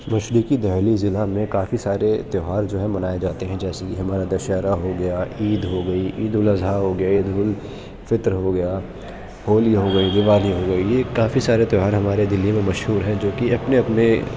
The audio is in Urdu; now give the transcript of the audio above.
مشرقی دلی ضلع میں کافی سارے تیوہار جو ہے منائے جاتے ہیں جیسے کہ ہمارا دشہرہ ہوگیا عید ہوگئی عید الاضحیٰ ہوگئے عید الفطر ہوگیا ہولی ہوگئی دیوالی ہوگئی یہ کافی سارے تیوہار ہمارے دلی میں مشہور ہیں جو کہ اپنے اپنے